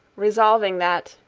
resolving that,